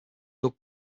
doug